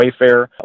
Wayfair